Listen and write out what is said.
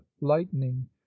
lightning